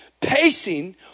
pacing